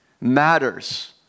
matters